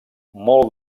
molt